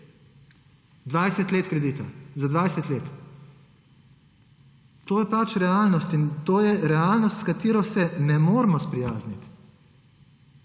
20 let kredita. Za 20 let. To je pač realnost in to je realnost, s katero se ne moremo sprijazniti.